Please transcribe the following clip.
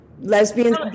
lesbians